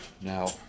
Now